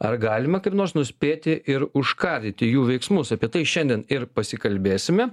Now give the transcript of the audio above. ar galima kaip nors nuspėti ir užkardyti jų veiksmus apie tai šiandien ir pasikalbėsime